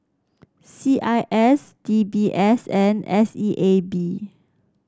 C I S D B S and S E A B